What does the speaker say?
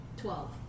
twelve